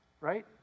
right